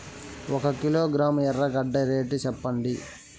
ఒక కిలోగ్రాము ఎర్రగడ్డ రేటు సెప్పండి?